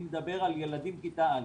אני מדבר על ילדים בכיתה א'.